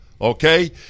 okay